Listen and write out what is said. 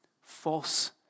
false